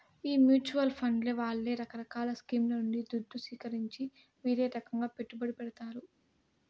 ఈ mutual fund వాళ్లే రకరకాల స్కీంల నుండి దుద్దు సీకరించి వీరే రకంగా పెట్టుబడి పెడతారు